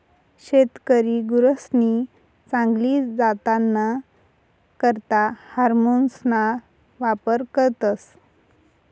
शेतकरी गुरसनी चांगली जातना करता हार्मोन्सना वापर करतस